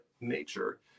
nature